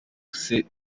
ishami